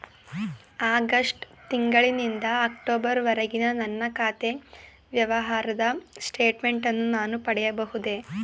August ತಿಂಗಳು ನಿಂದ October ವರೆಗಿನ ನನ್ನ ಖಾತೆ ವ್ಯವಹಾರದ ಸ್ಟೇಟ್ಮೆಂಟನ್ನು ನಾನು ಪಡೆಯಬಹುದೇ?